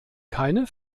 keine